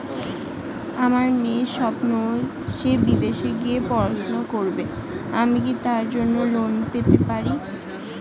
আমার মেয়ের স্বপ্ন সে বিদেশে গিয়ে পড়াশোনা করবে আমি কি তার জন্য লোন পেতে পারি?